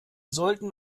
sollten